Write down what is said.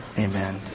Amen